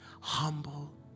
Humble